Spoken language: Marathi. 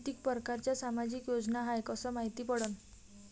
कितीक परकारच्या सामाजिक योजना हाय कस मायती पडन?